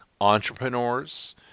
entrepreneurs